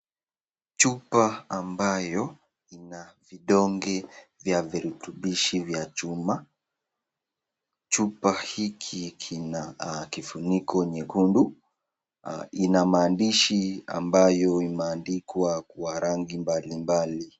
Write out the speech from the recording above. Chupa ambayo ina vidonge vya virutubishi vya chuma. Chupa hiki kina kifuniko nyekundu. Ina maandishi ambayo imeandikwa kwa rangi mbalimbali.